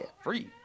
Free